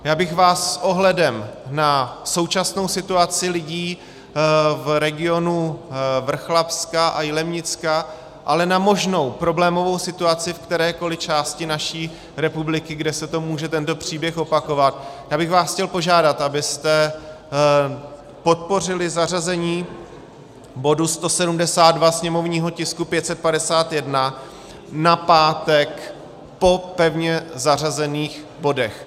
Já bych vás s ohledem na současnou situaci lidí v regionu Vrchlabska a Jilemnicka, ale i na možnou problémovou situaci v kterékoli části naší republiky, kde se může tento příběh opakovat, chtěl požádat, abyste podpořili zařazení bodu 172, sněmovního tisku 551, na pátek po pevně zařazených bodech.